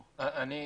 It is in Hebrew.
שיהיה.